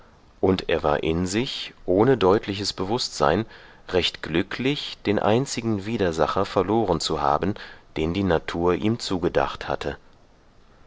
und er war in sich ohne deutliches bewußtsein recht glücklich den einzigen widersacher verloren zu haben den die natur ihm zugedacht hatte